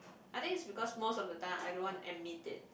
I think is because most of the time I don't want to admit it